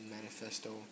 Manifesto